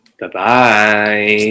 Bye-bye